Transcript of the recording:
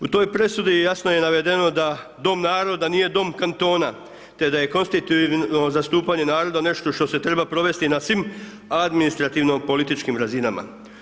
U toj presudi jasno je navedeno da Dom naroda nije Dom kantona, te da je konstitutivno zastupanje naroda nešto što se treba provesti na svim administrativno političkim razinama.